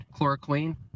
chloroquine